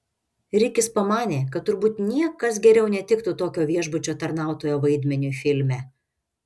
rikis pamanė kad turbūt niekas geriau netiktų tokio viešbučio tarnautojo vaidmeniui filme